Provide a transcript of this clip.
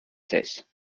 cesse